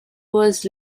was